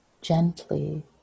gently